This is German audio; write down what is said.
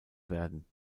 werden